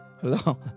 Hello